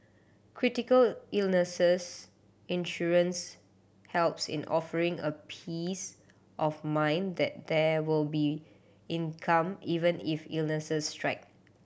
critical illnesses insurance helps in offering a peace of mind that there will be income even if illnesses strike